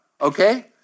Okay